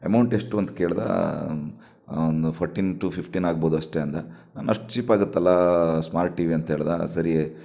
amount ಎಷ್ಟು ಅಂತ ಕೇಳಿದ ಒಂದು ಫೋರ್ಟೀನ್ ಟು ಫಿಫ್ಟೀನ್ ಆಗ್ಬೌದು ಅಷ್ಟೆ ಅಂದ ನಾನು ಅಷ್ಟು ಚೀಪ್ ಆಗುತ್ತಲ್ಲ ಸ್ಮಾರ್ಟ್ ಟಿವಿ ಅಂತ ಹೇಳಿದ ಸರಿ